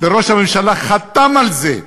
וראש הממשלה חתם על זה,